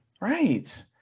Right